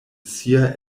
sia